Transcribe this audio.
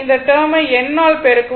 இந்த டேர்ம் ஐ N ஆல் பெருக்கவும்